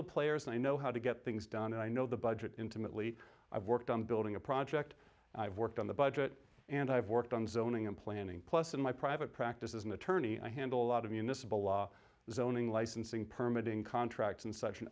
the players and i know how to get things done and i know the budget intimately i've worked on building a project i've worked on the budget and i've worked on zoning and planning plus in my private practice as an attorney i handle a lot of municipal law zoning licensing permitting contracts and such